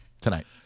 tonight